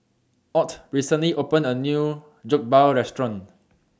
Ott recently opened A New Jokbal Restaurant